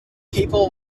people